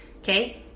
okay